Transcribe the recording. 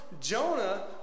Jonah